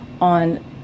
on